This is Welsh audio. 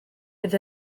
bydd